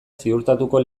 ziurtatuko